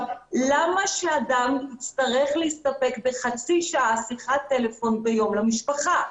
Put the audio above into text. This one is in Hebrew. למה שאדם יצטרך להסתפק בחצי שעה שיחת טלפון ביום למשפחה?